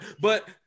But-